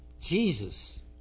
Jesus